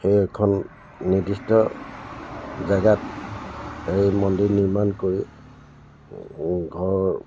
সেয়ে এখন নিৰ্দিষ্ট জাগাত সেই মন্দিৰ নিৰ্মাণ কৰি ঘৰ